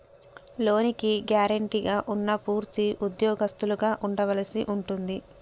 లోనుకి గ్యారెంటీగా ఉన్నా పూర్తి ఉద్యోగస్తులుగా ఉండవలసి ఉంటుంది